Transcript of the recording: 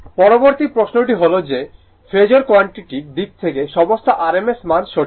পরবর্তী প্রশ্নটি হল যে ফেজোর কোয়ান্টিটির দিক থেকে সমস্ত rms মান সঠিক